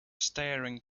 staring